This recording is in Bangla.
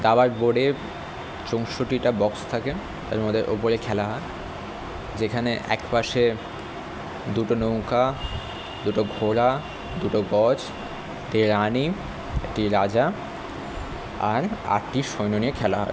দাবার বোর্ডে চৌষট্টিটা বক্স থাকে এবং ওদের ওপরে খেলা হয় যেখানে এক পাশে দুটো নৌকা দুটো ঘোড়া দুটো গজ এ রানি একটি রাজা আর আটটি সৈন্য নিয়ে খেলা হয়